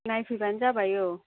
नायफैबानो जाबाय औ